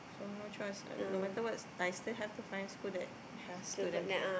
got no choice no matter what I still have to find school that has student care